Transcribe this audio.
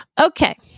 Okay